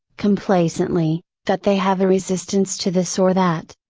complacently, that they have a resistance to this or that.